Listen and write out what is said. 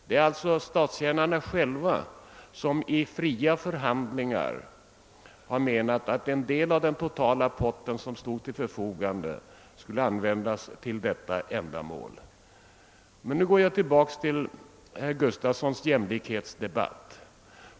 Det är alltså statstjänarna själva som i fria förhandlingar har ansett att en del av den totala potten som stod till förfogande skulle användas till detta ändamål. Nu går jag tillbaka till herr Gustavssons jämlikhetsdebatt.